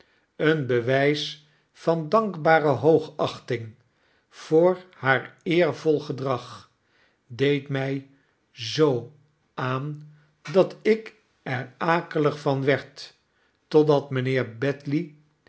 een bewys van dankbare hoogachting voor haar eervol gedrag deed my zoo aan dat ik er akelig van werd totdat mijnheer betley